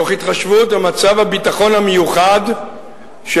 תוך התחשבות במצב הביטחון המיוחד של